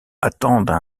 attendent